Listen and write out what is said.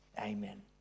Amen